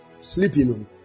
sleeping